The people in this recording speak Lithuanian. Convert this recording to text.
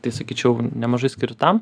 tai sakyčiau nemažai skiriu tam